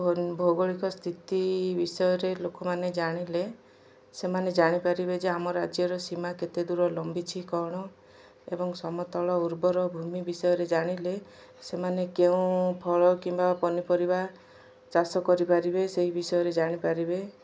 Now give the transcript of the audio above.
ଭ ଭୌଗୋଳିକ ସ୍ଥିତି ବିଷୟରେ ଲୋକମାନେ ଜାଣିଲେ ସେମାନେ ଜାଣିପାରିବେ ଯେ ଆମ ରାଜ୍ୟର ସୀମା କେତେ ଦୂର ଲମ୍ବିଛି କ'ଣ ଏବଂ ସମତଳ ଉର୍ବର ଭୂମି ବିଷୟରେ ଜାଣିଲେ ସେମାନେ କେଉଁ ଫଳ କିମ୍ବା ପନିପରିବା ଚାଷ କରିପାରିବେ ସେଇ ବିଷୟରେ ଜାଣିପାରିବେ